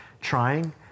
trying